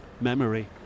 memory